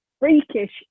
freakish